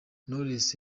knowless